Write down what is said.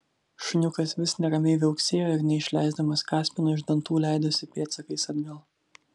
šuniukas vis neramiai viauksėjo ir neišleisdamas kaspino iš dantų leidosi pėdsakais atgal